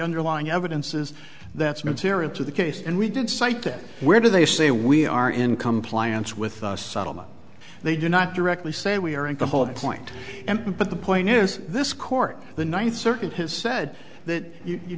underlying evidence is that's material to the case and we did cite it where do they say we are in compliance with settlement they do not directly say we are and the whole point but the point is this court the ninth circuit has said that you